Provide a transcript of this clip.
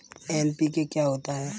NPK क्या होता है?